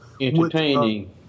Entertaining